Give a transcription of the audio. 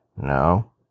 No